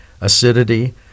acidity